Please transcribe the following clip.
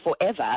forever